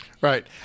Right